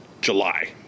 July